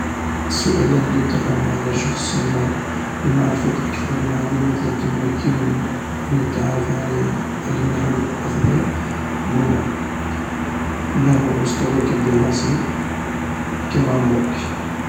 السؤالين الذين اطرحهما على شخص ما لمعرفة أكثر معلومات من التعرف عليه على النحو الأفضل عندما: ماهو مستواك الدراسي ؟ كم عمرك؟